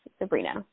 Sabrina